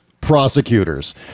prosecutors